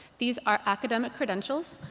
these are academic credentials.